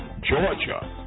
Georgia